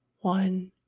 one